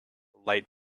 light